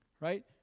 Right